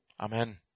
Amen